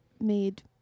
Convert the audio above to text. made